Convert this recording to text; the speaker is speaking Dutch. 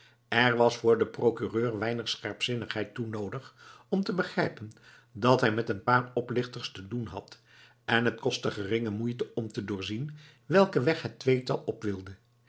er was voor den procureur weinig scherpzinnigheid toe noodig om te begrijpen dat hij met een paar oplichters te doen had en t kostte geringe moeite om te doorzien welken weg het tweetal op wilde